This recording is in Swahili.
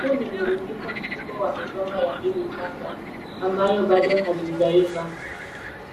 Huu ni murundiko mkubwa wa migomba ya ndizi changa ambayo bado hazijaiva.